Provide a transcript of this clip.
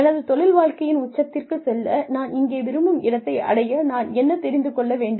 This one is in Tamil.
எனது தொழில் வாழ்க்கையின் உச்சத்திற்கு செல்ல நான் இருக்க விரும்பும் இடத்தை அடைய நான் என்ன தெரிந்து கொள்ள வேண்டும்